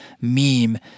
meme